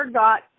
got